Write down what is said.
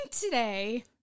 today